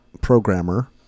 programmer